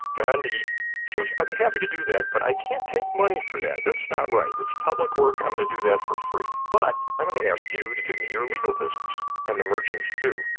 gandhi says, i'd be happy to do that, but i can't take money for that that's not right, it's public work, i'm going to do that for free. but i'm going to ask you to give me your legal business. and the merchants do,